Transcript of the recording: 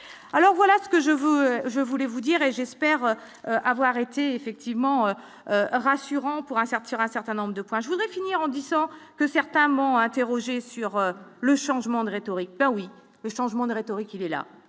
alors voilà ce que je veux, je voulais vous dire et j'espère avoir été effectivement rassurant pour un certain sur un certain nombre de points, je voudrais finir en disant que certains m'ont interrogé sur. Le changement de rhétorique ben oui, le changement de rhétorique, il est là,